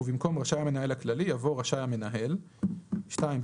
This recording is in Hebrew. ובמקום "רשאי המנהל הכללי" יבוא "רשאי המנהל"; (2)בסעיף